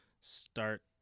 start